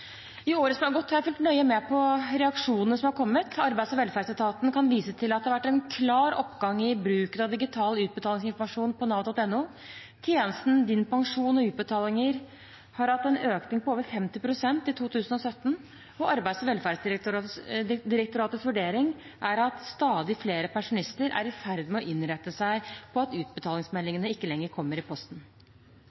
I året som har gått, har jeg fulgt nøye med på reaksjonene som har kommet. Arbeids- og velferdsetaten kan vise til at det har vært en klar oppgang i bruken av digital utbetalingsinformasjon på nav.no. Tjenesten Din pensjon og utbetalinger har hatt en økning på over 50 pst. i 2017. Arbeids- og velferdsdirektoratets vurdering er at stadig flere pensjonister er i ferd med å innrette seg på at